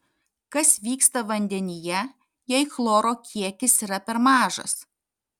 kas vyksta vandenyje jei chloro kiekis yra per mažas